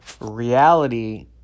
reality